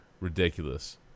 Ridiculous